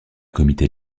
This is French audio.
comité